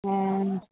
हा